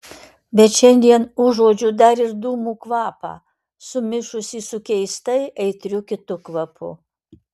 bet šiandien užuodžiu dar ir dūmų kvapą sumišusį su keistai aitriu kitu kvapu